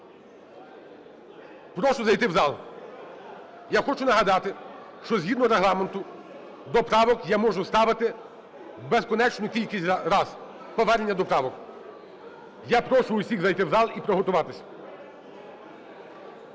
Прошу зайти в зал. Я хочу нагадати, що, згідно Регламенту, до правок я можу ставити безконечну кількість раз, повернення до правок. Я прошу усіх зайти в зал і приготуватись.